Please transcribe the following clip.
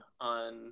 on